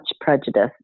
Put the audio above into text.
prejudice